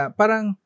parang